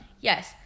Yes